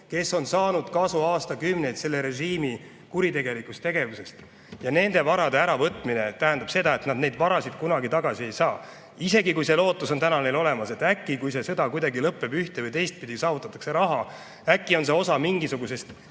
kes on saanud aastakümneid kasu selle režiimi kuritegelikust tegevusest. Ja nende varade äravõtmine tähendab seda, et nad neid varasid kunagi tagasi ei saa. Isegi, kui see lootus on neil praegu olemas, et äkki, kui sõda kuidagi lõpeb ühte- või teistpidi, saavutatakse rahu, siis äkki on see osa mingisugusest